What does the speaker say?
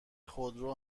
خودرو